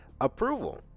approval